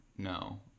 No